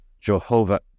Jehovah